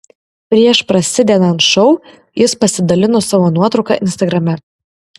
prieš prasidedant šou jis pasidalino savo nuotrauka instagrame